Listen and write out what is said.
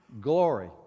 glory